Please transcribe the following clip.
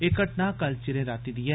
एह् घटना कल चिरें रातीं दी ऐ